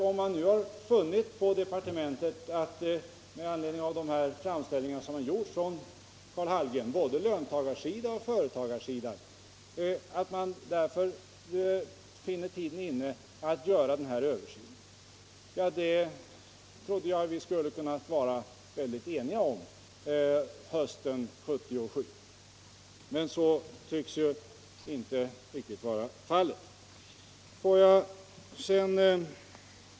Om man nu på departementet med anledning av de framställningar som gjorts — både från företagarsidan och från löntagarsidan, Karl Hallgren — har funnit att tiden nu är inne att göra den här översynen, trodde jag att det konstaterandet skulle kunna ske i enighet. Men så tycks ju inte vara fallet.